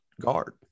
guard